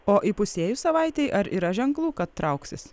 o įpusėjus savaitei ar yra ženklų kad trauksis